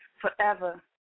forever